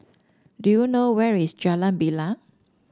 do you know where is Jalan Bilal